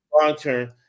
Long-term